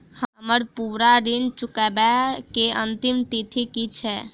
हम्मर पूरा ऋण चुकाबै केँ अंतिम तिथि की छै?